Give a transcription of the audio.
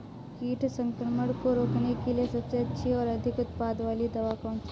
कीट संक्रमण को रोकने के लिए सबसे अच्छी और अधिक उत्पाद वाली दवा कौन सी है?